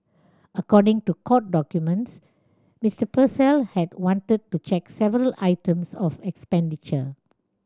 according to court documents Mister Purcell had wanted to check several items of expenditure